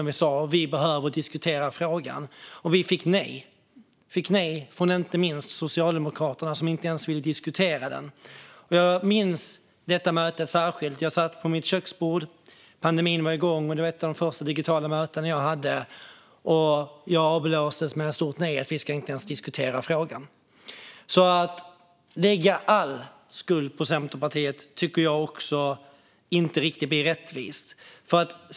Vi sa att vi behöver diskutera frågan. Vi fick nej från inte minst Socialdemokraterna som inte ens ville diskutera den. Jag minns detta möte särskilt. Jag satt vid mitt köksbord. Pandemin var igång, och det var ett av de första digitala möten jag hade. Jag avblåstes med ett stort nej och att vi inte ens ska diskutera frågan. Att lägga all skuld på Centerpartiet tycker jag inte riktigt blir rättvist.